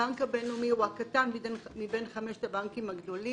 הבנק הבינלאומי הוא הבנק הקטן מבין חמשת הבנקים הגדולים.